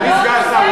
אדוני סגן השר,